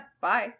bye